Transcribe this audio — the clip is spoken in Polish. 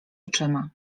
oczyma